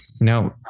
Now